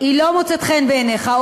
לא מוצאת חן בעיניך,